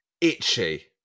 itchy